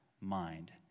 mind